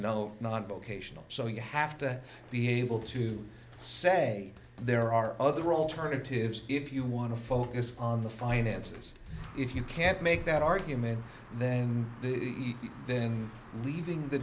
no not vocational so you have to be able to say there are other alternatives if you want to focus on the finances if you can't make that argument then you then leaving the